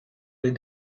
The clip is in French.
les